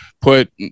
put